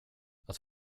att